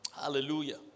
Hallelujah